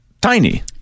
tiny